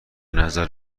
نظر